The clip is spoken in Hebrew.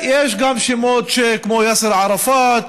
יש גם שמות כמו יאסר ערפאת,